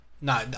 No